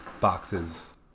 Boxes